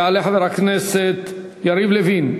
יעלה חבר הכנסת יריב לוין.